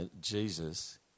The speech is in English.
Jesus